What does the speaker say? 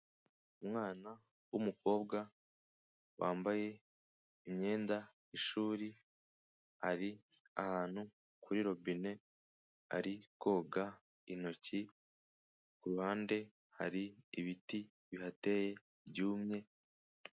Umwana w'umukobwa wambaye imyenda y'ishuri, ari ahantu kuri robine, ari koga intoki, ku ruhande hari ibiti bihateye byumye.